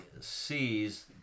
sees